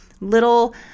little